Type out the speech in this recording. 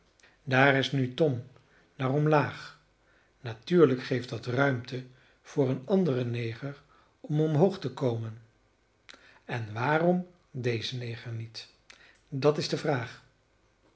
daar is nu tom naar omlaag natuurlijk geeft dat ruimte voor een anderen neger om omhoog te komen en waarom deze neger niet dat is de vraag